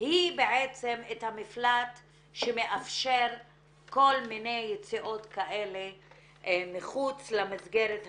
היא בעצם המפלט שמאפשר כל מיני יציאות כאלה מחוץ למסגרת המשפטית,